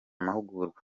mahugurwa